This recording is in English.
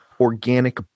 organic